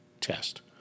test